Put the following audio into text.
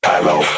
Hello